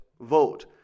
vote